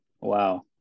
wow